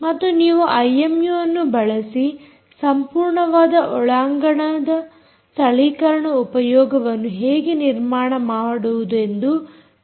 ಮತ್ತು ನೀವು ಐಎಮ್ಯೂಅನ್ನು ಬಳಸಿ ಸಂಪೂರ್ಣವಾದ ಒಳಾಂಗಣ ಸ್ಥಳೀಕರಣ ಉಪಯೋಗವನ್ನು ಹೇಗೆ ನಿರ್ಮಾಣ ಮಾಡಬಹುದೆಂದು ತಿಳಿಸುತ್ತೇನೆ